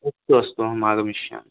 अस्तु अस्तु अहम् आगमिष्यामि